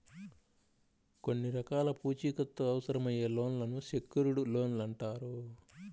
కొన్ని రకాల పూచీకత్తు అవసరమయ్యే లోన్లను సెక్యూర్డ్ లోన్లు అంటారు